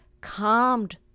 calmed